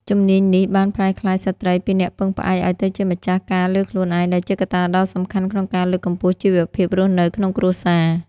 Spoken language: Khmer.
ជំនាញនេះបានប្រែក្លាយស្ត្រីពីអ្នកពឹងផ្អែកឲ្យទៅជាម្ចាស់ការលើខ្លួនឯង ដែលជាកត្តាដ៏សំខាន់ក្នុងការលើកកម្ពស់ជីវភាពរស់នៅក្នុងគ្រួសារ។